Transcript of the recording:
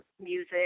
music